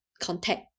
contact